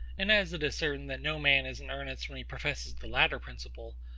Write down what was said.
and as it is certain that no man is in earnest when he professes the latter principle,